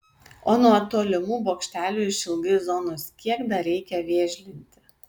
o nuo tolimų bokštelių išilgai zonos kiek dar reikia vėžlinti